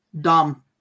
dumb